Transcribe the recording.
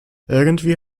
irgendwie